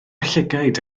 llygaid